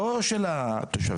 לא של התושבים.